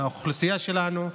על האוכלוסייה שלנו,